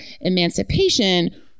Emancipation